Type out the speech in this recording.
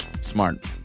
Smart